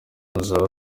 ruzaba